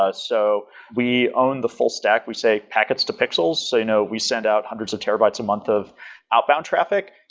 ah so we own the full stack. we say packets to pixels. say no, we send out hundreds of terabytes a month of outbound traffic,